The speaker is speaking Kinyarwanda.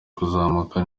kuzamuka